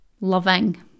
loving